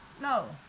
No